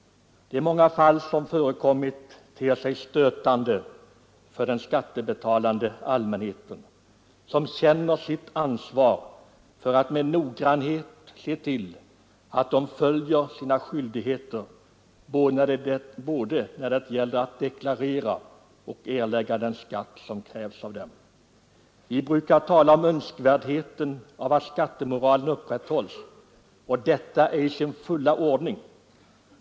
De många fall som förekommit ter sig stötande för den skattebetalande allmänheten som känner sitt ansvar för att med noggrannhet se till att de själva fullgör sina skyldigheter både när det gäller att deklarera och att erlägga den skatt som krävs av dem. Vi brukar tala om önskvärdheten av att skattemoralen upprätthålls, och detta är i sin fulla ordning.